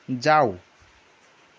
जाऊ